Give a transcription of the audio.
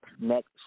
next –